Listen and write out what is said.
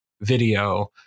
video